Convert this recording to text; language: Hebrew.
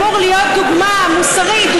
אמור להיות דוגמה מוסרית,